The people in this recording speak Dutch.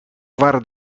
waren